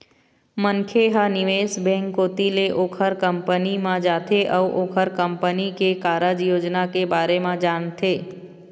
मनखे ह निवेश बेंक कोती ले ओखर कंपनी म जाथे अउ ओखर कंपनी के कारज योजना के बारे म जानथे